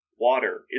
Water